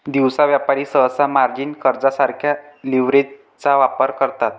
दिवसा व्यापारी सहसा मार्जिन कर्जासारख्या लीव्हरेजचा वापर करतात